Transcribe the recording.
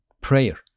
prayer